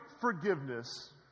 forgiveness